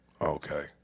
Okay